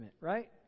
right